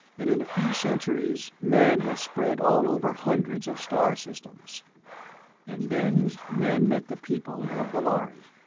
and in a few centuries man had spread all over hundreds of star-systems. and then man met the people of the lhari.